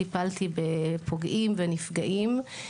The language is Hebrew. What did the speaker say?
טיפלתי בפוגעים ונפגעים.